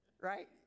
Right